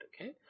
okay